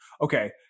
Okay